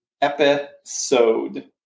episode